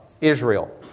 Israel